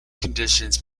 conditions